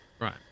Right